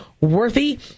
worthy